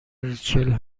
ریچل